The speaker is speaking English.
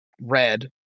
red